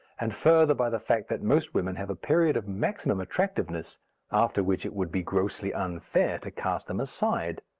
and further by the fact that most women have a period of maximum attractiveness after which it would be grossly unfair to cast them aside.